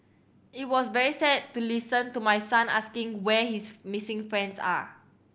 it was very sad to listen to my son asking where his missing friends are